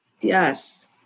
Yes